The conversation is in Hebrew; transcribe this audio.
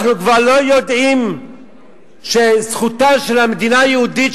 אנחנו כבר לא יודעים שזכותה של המדינה היהודית,